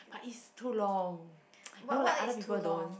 but it's too long you know like other people don't